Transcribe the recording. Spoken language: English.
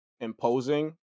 imposing